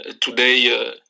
today